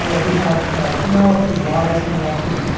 ah we have penelope, wise penelope.